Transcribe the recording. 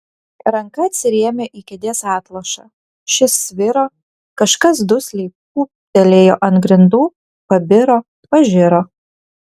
ranka atsirėmė į kėdės atlošą šis sviro kažkas dusliai pūptelėjo ant grindų pabiro pažiro